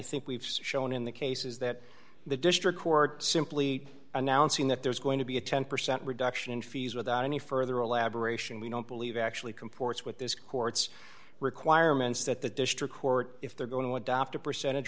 think we've shown in the cases that the district court simply announcing that there's going to be a ten percent reduction in fees without any further elaboration we don't believe actually comports with this court's requirements that the district court if they're going to adopt a percentage